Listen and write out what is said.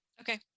Okay